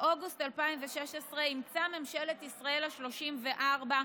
באוגוסט 2016 אימצה ממשלת ישראל השלושים-וארבע,